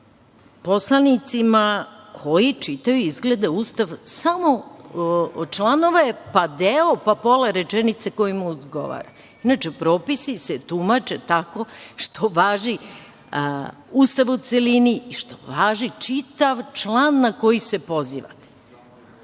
poslanicima koji čitaju izgleda Ustav samo članove, pa deo, pa pola rečenice koji mu odgovara. Inače, propisi se tumače tako što važi Ustav u celini i što važi čitav član na koji se poziva.